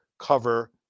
cover